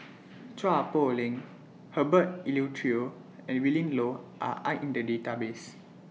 Chua Poh Leng Herbert Eleuterio and Willin Low Are in The Database